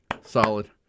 Solid